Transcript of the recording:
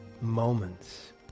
moments